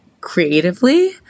creatively